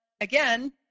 again